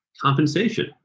compensation